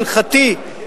הלכתי,